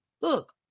Look